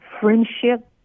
friendship